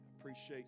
Appreciate